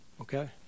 okay